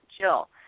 Jill